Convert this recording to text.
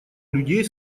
людей